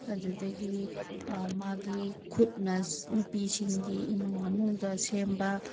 ꯑꯗꯨꯗꯒꯤ ꯃꯥꯒꯤ ꯈꯨꯠꯅ ꯅꯨꯄꯤꯁꯤꯡꯒꯤ ꯏꯃꯨꯡ ꯃꯅꯨꯡꯗ ꯁꯦꯝꯕ